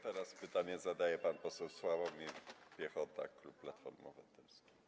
Teraz pytanie zadaje pan poseł Sławomir Piechota, klub Platformy Obywatelskiej.